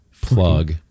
plug